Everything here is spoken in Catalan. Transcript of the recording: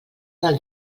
del